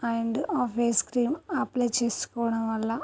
and ఆ face cream apply చేసుకోవడం వల్ల